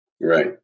Right